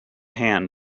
hand